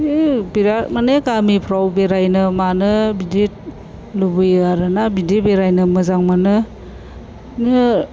बिराद माने गामिफोराव बेरायनो मानो बिदि लुबैयो आरोना बिदि बेरायनो मोजां मोनो बिदिनो